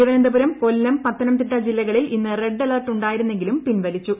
തിരുവനന്തപുരം കൊല്ലം പത്തനംതിട്ട ജില്ലകളിൽ ഇന്ന് red alert ഉണ്ടായിരുന്നെങ്കിലും പിൻവലിച്ചു